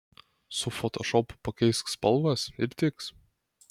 su fotošopu pakeisk spalvas ir tiks